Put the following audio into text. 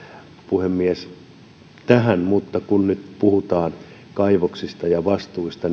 puhemies juuri tästä sano mutta kun nyt puhutaan kaivoksista ja vastuista